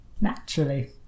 Naturally